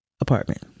apartment